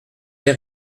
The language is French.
les